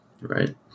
Right